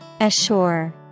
Assure